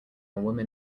woman